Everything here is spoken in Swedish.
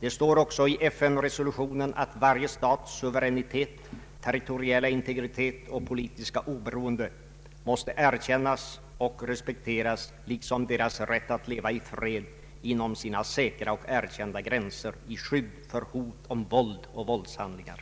Det står också i FN-resolutionen att varje stats suveränitet, territoriella integritet och politiska oberoende måste erkännas och respekteras liksom dess rätt att leva i fred inom sina säkra och erkända gränser i skydd för hot om våld och våldshandlingar.